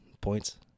points